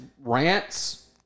rants